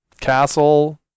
castle